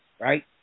right